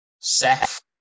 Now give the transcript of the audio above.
Seth